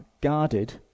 guarded